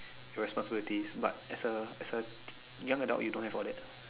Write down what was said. your responsibilities but as a as a young adult you don't have all that